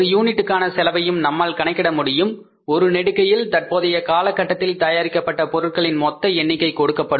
ஒரு யூனிட்டுக்கான செலவையும் நம்மால் கணக்கிட முடியும் ஒரு நெடுகையில் தற்போதைய காலகட்டத்தில் தயாரிக்கப்பட்ட பொருட்களின் மொத்த எண்ணிக்கை கொடுக்கப்படும்